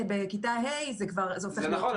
ובכיתה ה' זה הופך להיות --- זה נכון.